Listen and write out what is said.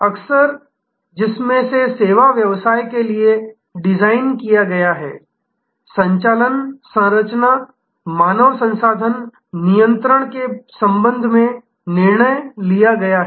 अवसर जिसमें से सेवा व्यवसाय के लिए डिज़ाइन किया गया है संचालन संरचना मानव संसाधन नियंत्रण के संबंध में निर्णय लिया गया है